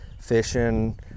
fishing